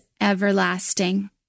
everlasting